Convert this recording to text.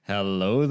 Hello